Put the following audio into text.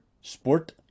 sport